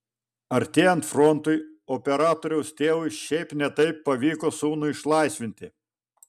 artėjant frontui operatoriaus tėvui šiaip ne taip pavyko sūnų išlaisvinti